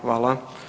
Hvala.